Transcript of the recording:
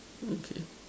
okay